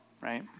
Right